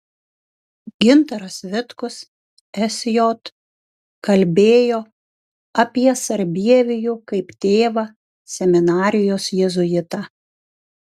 gintaras vitkus sj kalbėjo apie sarbievijų kaip tėvą seminarijos jėzuitą